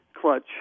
clutch